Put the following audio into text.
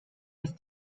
ist